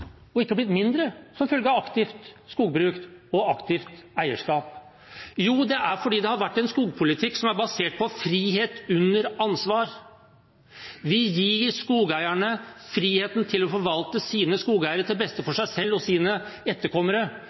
følge av aktiv skogbruk og aktivt eierskap? Jo, det har vært en skogpolitikk som er basert på frihet under ansvar. Vi gir skogeierne friheten til å forvalte sine skogeiendommer til beste for seg selv og sine etterkommere.